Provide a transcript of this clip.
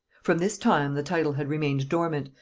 from this time the title had remained dormant,